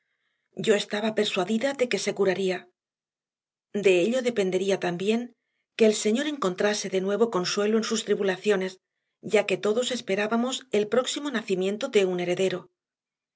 yo estaba persuadida de que se curaría de ello dependería también que el señor encontrase de nuevo consuelo en sus tribulaciones ya que todos esperábamos el próximo nacimiento de un heredero